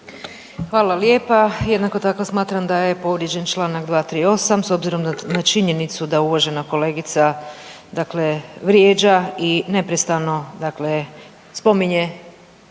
Hvala lijepa. Jednako tako smatram da je povrijeđen čl. 238. s obzirom na činjenicu da uvažena kolegica vrijeđa i neprestano spominje